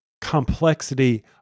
complexity